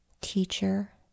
teacher